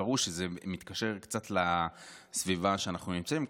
וזה מתקשר קצת לסביבה שאנחנו נמצאים בה.